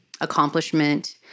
accomplishment